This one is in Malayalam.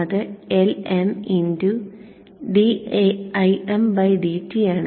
അത് Lm dimdt ആണ്